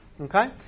Okay